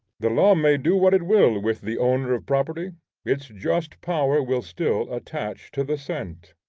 the law may do what it will with the owner of property its just power will still attach to the cent.